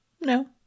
No